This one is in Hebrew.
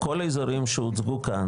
כל האזורים שהוצגו כאן,